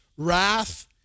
wrath